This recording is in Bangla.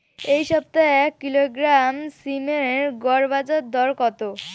এই সপ্তাহে এক কিলোগ্রাম সীম এর গড় বাজার দর কত?